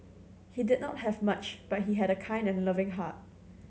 he did not have much but he had a kind and loving heart